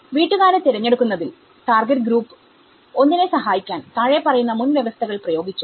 വീട്ടുകാരെ തിരഞ്ഞെടുക്കുന്നതിൽടാർഗറ്റ് group target group1 നെ സഹായിക്കാൻ താഴെ പറയുന്ന മുൻവ്യവസ്ഥകൾ പ്രയോഗിച്ചു